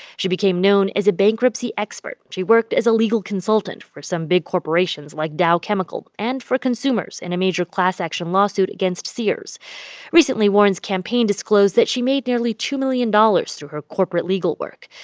she became known as a bankruptcy expert. she worked as a legal consultant for some big corporations, like dow chemical, and for consumers in a major class action lawsuit against sears recently, warren's campaign disclosed that she made nearly two million dollars through her corporate legal work.